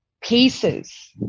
pieces